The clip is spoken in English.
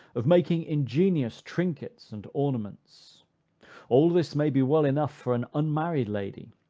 of making ingenious trinkets and ornaments all this may be well enough for an unmarried lady,